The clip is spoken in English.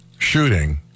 Shooting